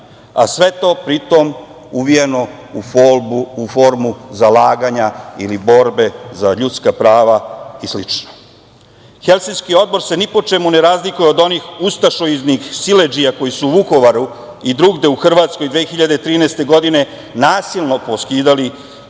a sve to pritom uvijeno u formu zalaganja ili borbe za ljudska prava i slično. Helsinški odbor se ni po čemu ne razlikuje od onih ustašoidnih siledžija koje su u Vukovaru i drugde u Hrvatskoj 2013. godine nasilno poskidali